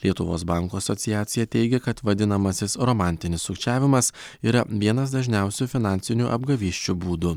lietuvos bankų asociacija teigia kad vadinamasis romantinis sukčiavimas yra vienas dažniausių finansinių apgavysčių būdų